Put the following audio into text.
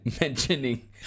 mentioning